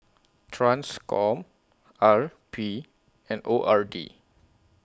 TRANSCOM R P and O R D